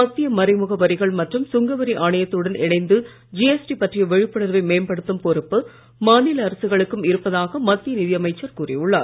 மத்திய மறைமுக வரிகள் மற்றும் சுங்கவரி ஆணையத்துடன் இணைந்து ஜிஎஸ்டி பற்றிய விழிப்புணர்வை மேம்படுத்தும் பொறுப்பு மாநில அரசுகளுக்கும் இருப்பதாக மத்திய நிதி அமைச்சர் கூறியுள்ளார்